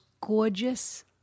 gorgeous